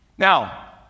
Now